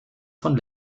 von